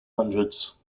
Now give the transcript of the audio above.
hundreds